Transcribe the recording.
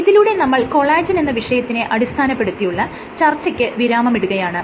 ഇതിലൂടെ നമ്മൾ കൊളാജെൻ എന്ന വിഷയത്തിന്റെ അടിസ്ഥാനപ്പെടുത്തിയുള്ള ചർച്ചയ്ക്ക് വിരാമമിടുകയാണ്